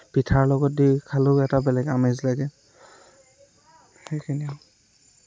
পিঠাৰ লগত দি খালেও এটা বেলেগ আমেজ লাগে সেইখিনিয়ে আৰু